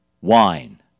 wine